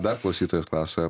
dar klausytojas klausia